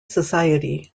society